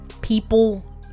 people